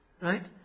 right